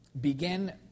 Begin